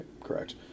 Correct